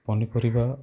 ପନିପରିବା